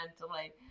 mentally